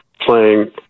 playing